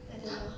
I don't know